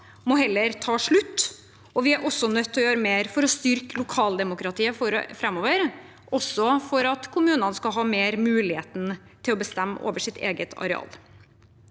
må ta slutt, og vi er også nødt til å gjøre mer for å styrke lokaldemokratiet framover, også for at kommunene skal få større mulighet til å bestemme over sitt eget areal.